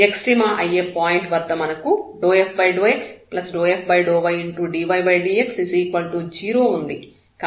extrema అయ్యే point వద్ద మనకు ∂f∂x∂f∂ydydx0 ఉంది